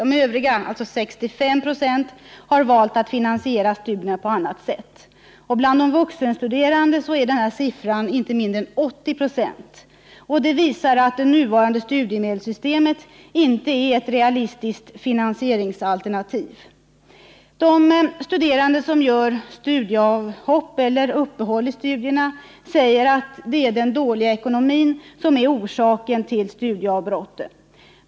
De övriga, alltså 65 96, har valt att finansiera studierna på annat sätt. Bland de vuxenstuderande är denna andel inte mindre än 80 26. Det visar att det nuvarande studiemedelssystemet inte är ett realistiskt finansieringsalternativ. De studerande som gör studieavhopp eller uppehåll i studierna säger att det är den dåliga ekonomin som är orsaken till studieavbrottet.